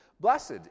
Blessed